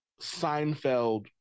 Seinfeld